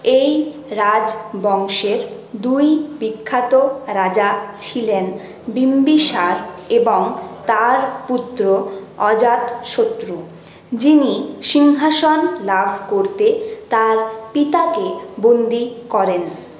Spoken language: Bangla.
এই রাজবংশের দুই বিখ্যাত রাজা ছিলেন বিম্বিসার এবং তার পুত্র অজাতশত্রু যিনি সিংহাসন লাভ করতে তার পিতাকে বন্দি করেন